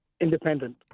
independent